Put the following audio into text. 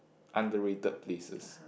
underrated places